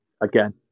again